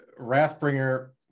wrathbringer